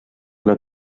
una